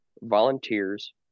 volunteers